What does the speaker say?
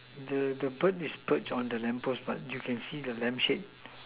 the the bird is bird on the lamp post but you can see the lamp shape